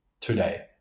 today